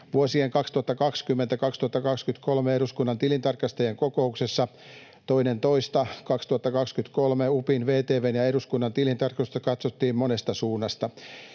Vuosien 2020—2023 eduskunnan tilintarkastajien kokouksessa 2.2.2023 UPIn, VTV:n ja eduskunnan tilintarkastusta katsottiin monesta suunnasta.